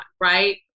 right